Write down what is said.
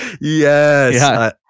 yes